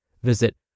Visit